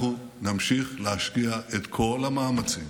אנחנו נמשיך להשקיע את כל המאמצים